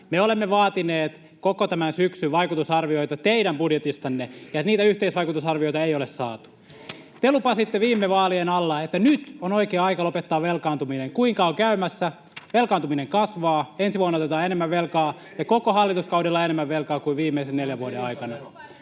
Me olemme vaatineet koko tämän syksyn vaikutusarvioita teidän budjetistanne, ja niitä yhteisvaikutusarvioita ei ole saatu. Te lupasitte viime vaalien alla, että nyt on oikea aika lopettaa velkaantuminen. Kuinka on käymässä? Velkaantuminen kasvaa, ensi vuonna otetaan enemmän velkaa ja koko hallituskaudella enemmän velkaa kuin viimeisen neljän vuoden aikana.